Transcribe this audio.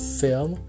film